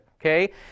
okay